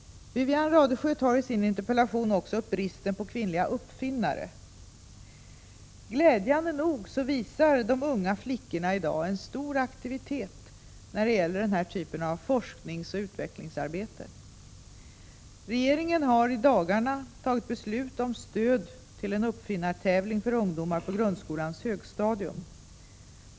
Wivi-Anne Radesjö tar i sin interpellation också upp bristen på kvinnliga uppfinnare. Glädjande nog visar de unga flickorna i dag en stor aktivitet när det gäller den här typen av forskningsoch utvecklingsarbete. Regeringen har i dagarna tagit beslut om stöd till en uppfinnartävling för ungdomar på grundskolans högstadium.